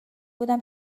بودم